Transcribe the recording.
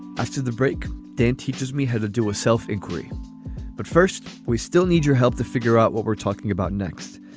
after the break, dan teaches me how to do a self-inquiry. but first, we still need your help to figure out what we're talking about. next,